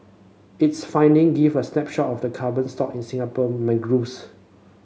its finding give a snapshot of the carbon stock in Singapore mangroves